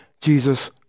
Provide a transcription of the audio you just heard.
Jesus